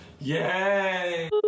Yay